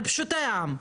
על פשוטי העם,